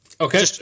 Okay